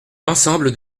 l’ensemble